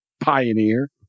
Pioneer